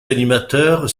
animateurs